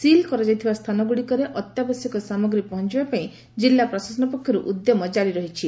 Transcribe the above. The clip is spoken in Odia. ସିଲ୍ କରାଯାଇଥିବା ସ୍ତାନ ଗୁଡ଼ିକରେ ଅତ୍ୟାବଶ୍ୟକ ସାମଗ୍ରୀ ପହଞାଇବା ପାଇଁ ଜିଲ୍ଲା ପ୍ରଶାସନ ପକ୍ଷରୁ ଉଦ୍ୟମ ଜାରି ରହିଛି